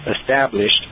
established